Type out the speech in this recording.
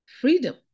freedom